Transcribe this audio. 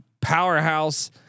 powerhouse